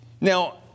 Now